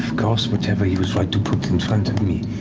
of course, whatever you would like to put in front of me.